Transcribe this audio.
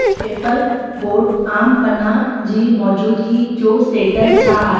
paper boat आम पना जी मौजूदगी जो स्टेटस छा आहे